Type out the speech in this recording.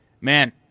man